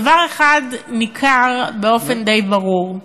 דבר אחד ניכר באופן די ברור: